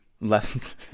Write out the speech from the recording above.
left